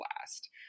last